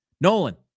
Nolan